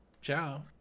ciao